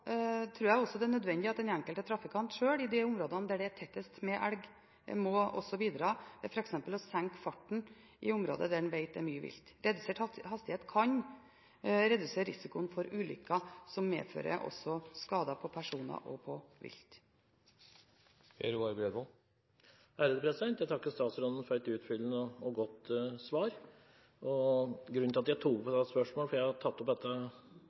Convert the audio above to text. den enkelte trafikant sjøl, i det området der det er tettest med elg, må bidra, f.eks. ved å senke farten i områder der en vet det er mye vilt. Redusert hastighet kan redusere risikoen for ulykker som medfører skader på personer og på vilt. Jeg takker statsråden for et utfyllende og godt svar. Grunnen til at jeg tar opp dette spørsmålet på nytt – jeg tok opp dette for en stund siden, jeg husker ikke riktig når, men det er en stund siden – er at dette